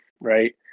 Right